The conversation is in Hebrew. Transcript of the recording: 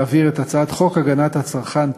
להעביר את הצעת חוק הגנת הצרכן (תיקון,